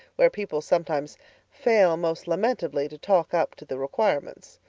where people sometimes fail most lamentably to talk up to the requirements.